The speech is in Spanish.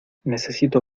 necesito